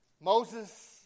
Moses